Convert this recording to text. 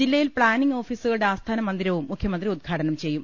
ജില്ലയിൽ പ്ലാനിങ് ഓഫീസുകളുടെ ആസ്ഥാന മന്ദിരവും മുഖ്യമ ന്ത്രി ഉദ്ഘാടനം ചെയ്യും